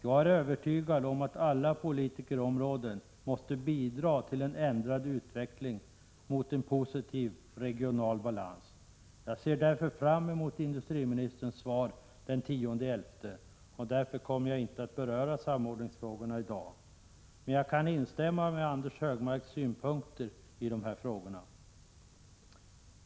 Jag är övertygad om att alla politikerområden måste bidra till en ändrad utveckling i riktning mot en positiv regional balans. Jag ser därför fram mot industriministerns svar den 10 november, och jag kommer därför inte att beröra samordningsfrågorna i dag. Men jag kan instämma i Anders Högmarks synpunkter på de här frågorna.